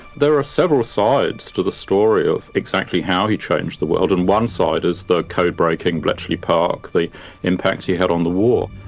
there are several sides to the story of exactly how he changed the world, and one side is the code breaking bletchley park, the impact he had on the war.